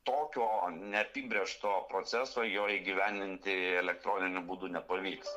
tokio neapibrėžto proceso jo įgyvendinti elektroniniu būdu nepavyks